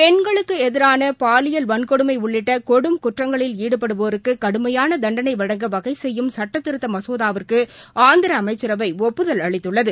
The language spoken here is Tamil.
பெண்களுக்குஎதிரானபாலியல் வன்கொடுமைஉள்ளிட்டகொடும் குற்றங்களில் ஈடுபடுவோருக்குகடுமையானதண்டனைவழங்க வகைசெய்யும் சட்டத்திருத்தமசோதாவிற்குஆந்திராஅமைச்சரவைஒப்புதல் அளித்துள்ளது